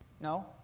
No